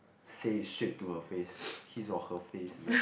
say it straight to her face his or her face